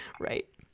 right